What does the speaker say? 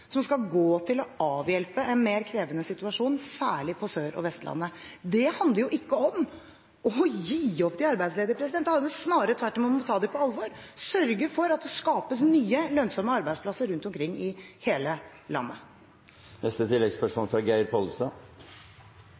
som skal gå til å avhjelpe en mer krevende situasjon, særlig på Sør- og Vestlandet. Det handler jo ikke om å gi opp de arbeidsledige, snarere tvert om – det handler om å ta dem på alvor, sørge for at det skapes nye, lønnsomme arbeidsplasser rundt omkring i hele landet.